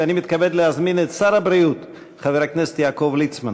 אני מתכבד להזמין את שר הבריאות חבר הכנסת יעקב ליצמן.